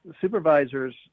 supervisors